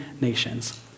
nations